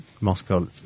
Moscow